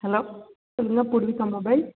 hello சொல்லுங்க Poorvika mobiles